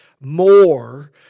more